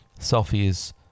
selfies